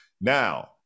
Now